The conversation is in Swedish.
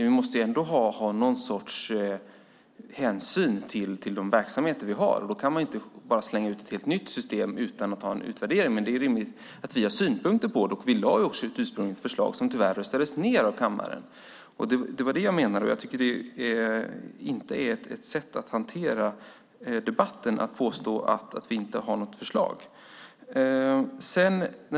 Vi måste visa någon sorts hänsyn till de verksamheter vi har. Man kan inte slänga ut ett helt nytt system utan att ha en utvärdering, men det är rimligt att vi har synpunkter. Vi lade fram ett ursprungligt förslag, som tyvärr röstades ned av kammaren. Det var det jag menade. Jag tycker inte att det är ett bra sätt att hantera debatten att påstå att vi inte har något förslag.